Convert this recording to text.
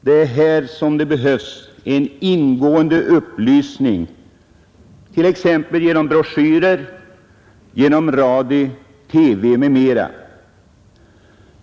Det är här som det behövs en ingående upplysning, t.ex. genom broschyrer, genom radio och TV m.m.